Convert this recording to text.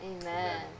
Amen